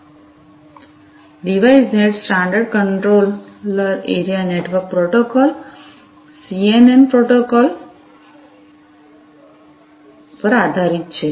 તેથી device net standard controller area network protocol CAN protocol પર આધારિત છે